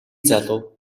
залуу